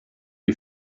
you